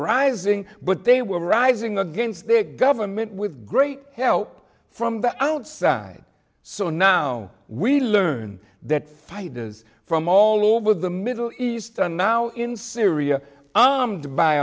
rising but they were rising against their government with great help from the outside so now we learned that fighters from all over the middle east are now in syria